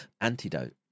antidote